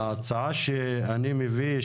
ההצעה שאני מביא,